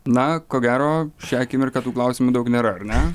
na ko gero šią akimirką tų klausimų daug nėra ar ne